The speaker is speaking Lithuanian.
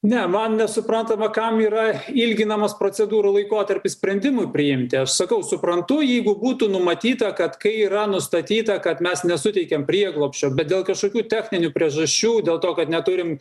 ne man nesuprantama kam yra ilginamas procedūrų laikotarpis sprendimui priimti aš sakau suprantu jeigu būtų numatyta kad kai yra nustatyta kad mes nesuteikiam prieglobsčio bet dėl kašokių techninių priežasčių dėl to kad neturim